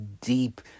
deep